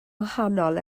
wahanol